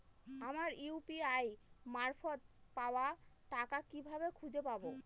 আমার ইউ.পি.আই মারফত পাওয়া টাকা কিভাবে খুঁজে পাব?